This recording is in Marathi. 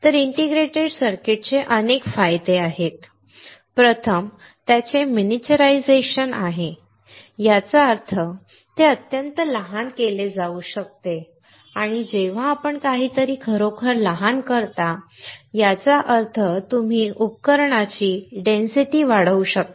तर इंटिग्रेटेड सर्किट्स चे अनेक फायदे आहेत ते पाहू या प्रथम त्याचे मिनीचरआईजेशन आहे याचा अर्थ ते अत्यंत लहान केले जाऊ शकते आणि जेव्हा आपण काहीतरी खरोखर लहान करता याचा अर्थ तुम्ही उपकरणाची डेन्सिटी वाढवू शकता